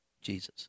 Jesus